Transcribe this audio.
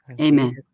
amen